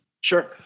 Sure